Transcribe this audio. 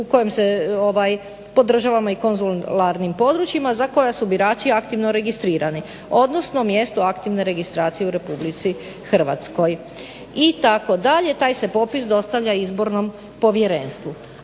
u kojem se po državama i konzularnim područjima za koja su birači aktivno registrirani odnosno mjestu aktivne registracije u RH" itd. taj se popis dostavlja Izbornom povjerenstvu.